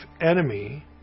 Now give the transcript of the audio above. enemy